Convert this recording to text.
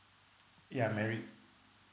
ya married